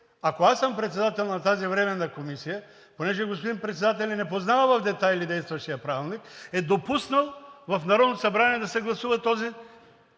ако аз съм председател на тази временна комисия – понеже господин Председателят не познава в детайли действащия Правилник, е допуснал в Народното събрание да се гласува това